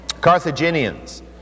Carthaginians